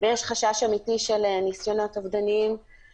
ויש חשש אמתי של ניסיונות אובדניים.